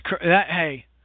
hey